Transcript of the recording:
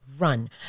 run